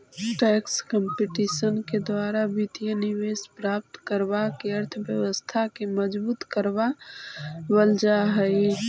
tax competition के द्वारा वित्तीय निवेश प्राप्त करवा के अर्थव्यवस्था के मजबूत करवा वल जा हई